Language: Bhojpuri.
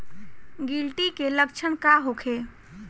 गिलटी के लक्षण का होखे?